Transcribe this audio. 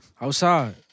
Outside